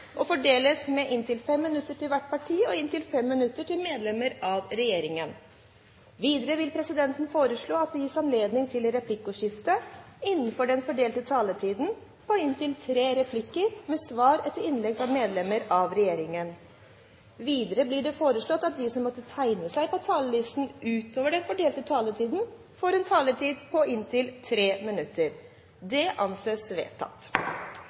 og fordeles med inntil 5 minutter til hvert parti og inntil 5 minutter til medlem av regjeringen. Videre vil presidenten foreslå at det gis anledning til replikkordskifte på inntil tre replikker med svar etter innlegg fra medlem av regjeringen innenfor den fordelte taletid. Videre blir det foreslått at de som måtte tegne seg på talerlisten utover den fordelte taletid, får en taletid på inntil 3 minutter. – Det anses vedtatt.